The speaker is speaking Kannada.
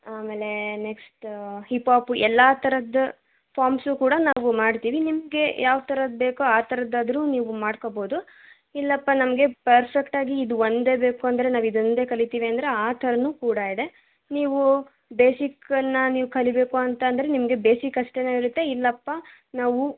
ಆಮೇಲೆ ನೆಕ್ಸ್ಟ್ ಹಿಪಾಪು ಎಲ್ಲ ಥರದ್ದು ಫಾಮ್ಸೂ ಕೂಡ ನಾವು ಮಾಡ್ತೀವಿ ನಿಮಗೆ ಯಾವ ಥರದ್ದು ಬೇಕೋ ಆ ಥರದ್ದಾದರೂ ನೀವು ಮಾಡ್ಕೋಬೋದು ಇಲ್ಲಪ್ಪ ನಮಗೆ ಪರ್ಫೆಕ್ಟಾಗಿ ಇದು ಒಂದೇ ಬೇಕು ಅಂದರೆ ನಾವು ಇದೊಂದೇ ಕಲಿತೀವಿ ಅಂದರೆ ಆ ಥರವೂ ಕೂಡ ಇದೆ ನೀವು ಬೇಸಿಕ್ಕನ್ನು ನೀವು ಕಲಿಯಬೇಕು ಅಂತ ಅಂದರೆ ನಿಮಗೆ ಬೇಸಿಕ್ಕಷ್ಟೇ ಇರುತ್ತೆ ಇಲ್ಲಪ್ಪ ನಾವು